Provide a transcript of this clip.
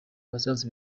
patient